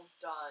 done